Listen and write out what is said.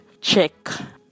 check